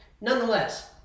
Nonetheless